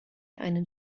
einen